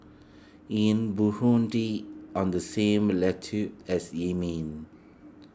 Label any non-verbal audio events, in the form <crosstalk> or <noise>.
Inn <unintelligible> on the same <unintelligible> as Yemen